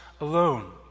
alone